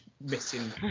missing